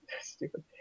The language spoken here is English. stupid